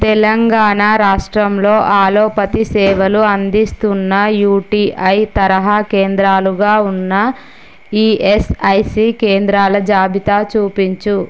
తెలంగాణా రాష్ట్రంలో అల్లోపతి సేవలు అందిస్తున్న యుటిఐ తరహా కేంద్రాలుగా ఉన్న ఇఎస్ఐసి కేంద్రాల జాబితా చూపించుము